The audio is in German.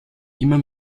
immer